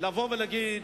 לבוא ולהגיד: